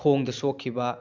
ꯈꯣꯡꯗ ꯁꯣꯛꯈꯤꯕ